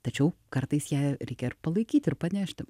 tačiau kartais ją reikia ir palaikyti ir panešti